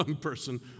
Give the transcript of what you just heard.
person